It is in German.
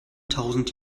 tausend